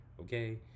okay